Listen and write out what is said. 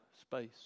space